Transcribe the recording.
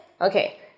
Okay